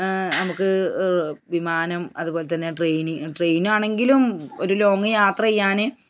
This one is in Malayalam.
നമുക്ക് വിമാനം അതു പോലെത്തന്നെ ട്രയ്നിൽ ട്രയ്നാണെങ്കിലും ഒരു ലോങ്ങ് യാത്ര ചെയ്യാൻ